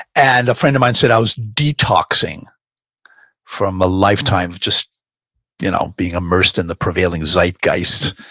and a friend of mine said i was detoxing from a lifetime of just you know being immersed in the prevailing zeitgeists,